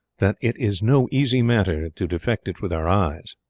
that it is no easy matter to defect it with our eyes